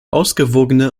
ausgewogene